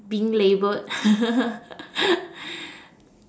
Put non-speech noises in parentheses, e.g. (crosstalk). being labelled (laughs)